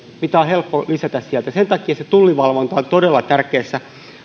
mitä on helppo lisätä sinne sen takia se tullivalvonta on todella tärkeässä